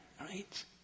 right